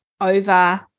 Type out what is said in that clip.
over